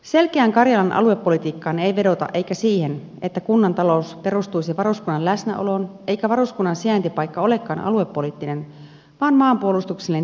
selkeään karjalan aluepolitiikkaan ei vedota eikä siihen että kunnan talous perustuisi varuskunnan läsnäoloon eikä varuskunnan sijaintipaikka olekaan aluepoliittinen vaan maanpuolustuksellinen tarve ja ratkaisu